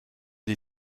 die